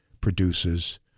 produces